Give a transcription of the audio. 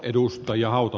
minusta ed